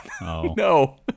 No